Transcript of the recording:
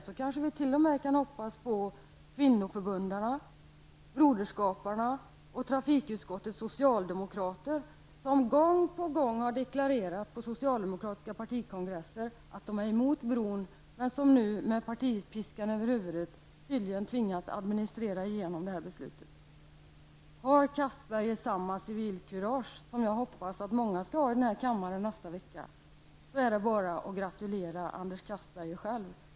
I så fall kanske vi t.o.m. kan hoppas på kvinnoförbundarna, broderskaparna och trafikutskottets socialdemokrater, som gång på gång på socialdemokratiska partikongresser har deklarerat att de är emot bron, men som nu med partipiskan över huvudet tydligen tvingas administrera igenom beslutet. Har Castberger samma civilkurage som jag hoppas att många i den här kammaren skall ha nästa vecka, är det bara att gratulera Anders Castberger.